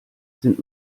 sind